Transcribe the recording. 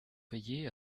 veiller